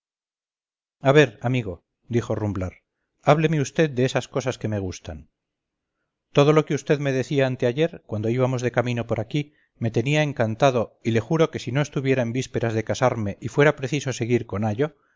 a ver amigo dijo rumblar hábleme vd deesas cosas que me gustan todo lo que vd me decía anteayer cuando íbamos de camino por aquí me tenía encantado y le juro que si no estuviera en vísperas de casarme y fuera preciso seguir con ayo